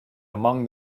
among